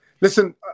Listen